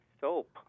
soap